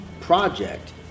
project